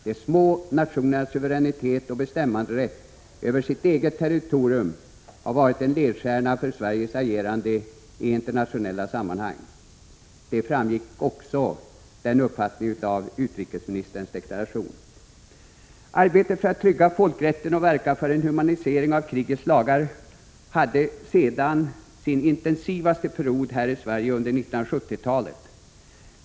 De små nationernas suveränitet och bestämmanderätt över sitt eget territorium har varit en ledstjärna för Sveriges agerande i internationella sammanhang. Den uppfattningen framgick också av utrikesministerns deklaration. Arbetet för att trygga folkrätten och verka för en humanisering av krigets lagar hade sedan sin intensivaste period här i Sverige under 1970-talet.